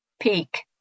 peak